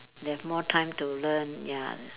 they have more time to learn ya